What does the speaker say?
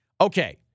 Okay